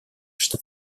что